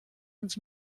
ins